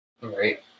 Right